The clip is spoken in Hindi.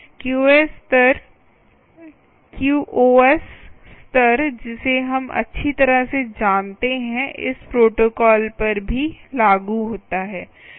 क्यूओएस स्तर जिसे हम अच्छी तरह से जानते हैं इस प्रोटोकॉल पर भी लागू होता है